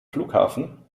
flughafen